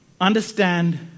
understand